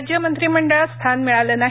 राज्य मंत्रिमंडळात स्थान मिळाले नाही